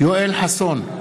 יואל חסון,